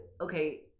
Okay